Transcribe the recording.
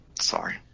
Sorry